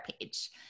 page